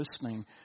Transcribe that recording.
listening